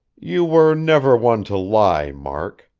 you were never one to lie, mark.